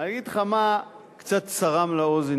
אני אגיד לך מה קצת צרם לאוזן,